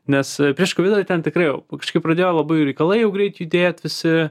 nes prieš kovidą ten tikrai jau kažkaip pradėjo labai reikalai jau greit judėt visi